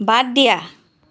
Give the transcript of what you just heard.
বাদ দিয়া